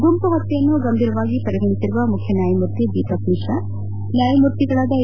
ಗುಂಪು ಪತ್ನೆಯನ್ನು ಗಂಭೀರವಾಗಿ ಪರಿಗಣಿಸಿರುವ ಮುಖ್ಯ ನ್ನಾಯಮೂರ್ತಿ ದೀಪಕ್ ಮಿಶ್ರಾ ನ್ನಾಯಮೂರ್ತಿಗಳಾದ ಎ